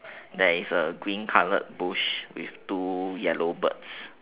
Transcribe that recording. there is a green coloured bush with two yellow birds